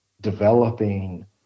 developing